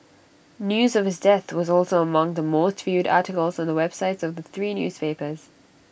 news of his death was also among the most viewed articles on the websites of the three newspapers